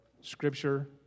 scripture